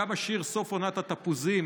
גם השיר "סוף עונת התפוזים"